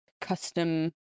custom